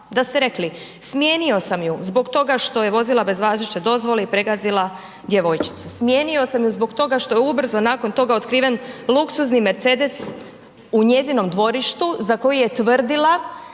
Da ste rekli smijenio sam ju zbog toga što je vozila bez važeće dozvole i pregazila djevojčicu, smijenio sam ju zbog toga što je ubrzo nakon toga otkriven luksuzni Mercedes u njezinom dvorištu za koji je tvrdila